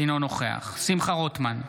אינו נוכח שמחה רוטמן,